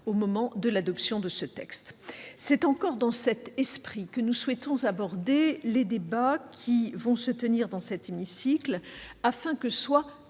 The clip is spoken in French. aujourd'hui soumise. C'est encore dans cet esprit que nous souhaitons aborder les débats qui vont se tenir dans cet hémicycle, afin que soient